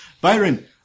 Byron